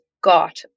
got